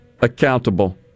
accountable